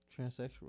transsexual